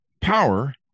Power